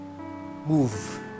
move